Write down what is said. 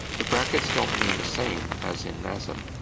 the brackets don't mean the same as in nasm.